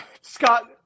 Scott